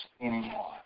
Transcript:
anymore